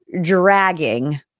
dragging